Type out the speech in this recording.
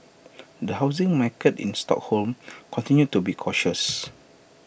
the housing market in Stockholm continued to be cautious